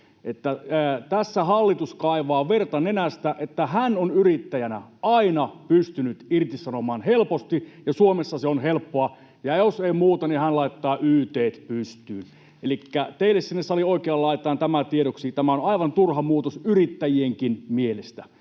tässä hallitus kaivaa verta nenästään, että hän on yrittäjänä aina pystynyt irtisanomaan helposti ja Suomessa se on helppoa — ja jos ei muuta, niin hän laittaa yt:t pystyyn. Elikkä teille sinne salin oikeaan laitaan tämä tiedoksi. Tämä on aivan turha muutos yrittäjienkin mielestä,